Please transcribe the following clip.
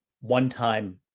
one-time